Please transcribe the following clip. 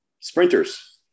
Sprinters